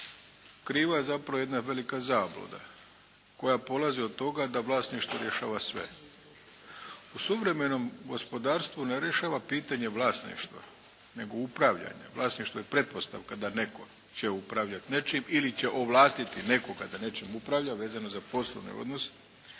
kriva zapravo jedna velika zabluda koja polazi od toga da vlasništvo rješava sve. U suvremenom gospodarstvu ne rješava pitanje vlasništva nego upravljanja. Vlasništvo je pretpostavka da netko će upravljati nečim ili će ovlastiti nekoga da nečim upravlja vezano za poslovni odnos.